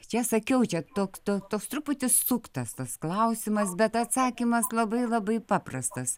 čia sakiau čia tok toks toks truputį suktas tas klausimas bet atsakymas labai labai paprastas